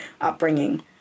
upbringing